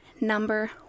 number